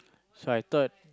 so I thought